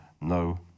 no